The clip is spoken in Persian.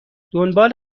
دنبال